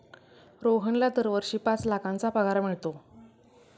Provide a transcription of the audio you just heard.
रोहनला दरवर्षी पाच लाखांचा पगार मिळतो